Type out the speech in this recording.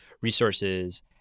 resources